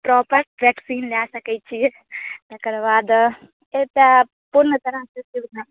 proper vaccine ला सकै छी तकरबाद एतय पूर्ण तरह सऽ सुविधा